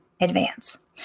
Advance